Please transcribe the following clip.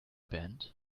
band